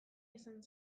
izan